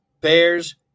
Bears